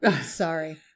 sorry